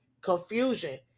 confusion